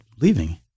leaving